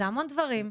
אלה המון דברים.